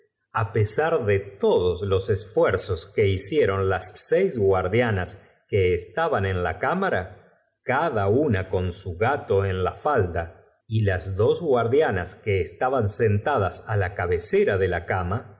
drossel pesar de todos los esfuerzos que hicieron a kuv o mayer nada absolutamente podían contra las seis guardianas que estaban en la cámara cada una con su gato en la falda y las dos guardianas que estaban sentadas á al mismo tiempo era gran augur y gran á la cabecera de la cama